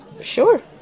Sure